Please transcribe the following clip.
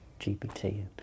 gpt